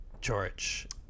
george